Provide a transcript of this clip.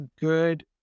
good